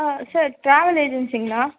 ஆ sir travel ஏஜென்சிங்களா